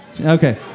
Okay